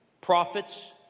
prophets